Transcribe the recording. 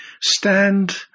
stand